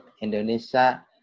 Indonesia